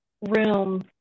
room